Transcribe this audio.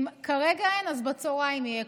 אם כרגע אין, בצוהריים יהיה.